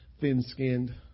thin-skinned